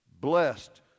Blessed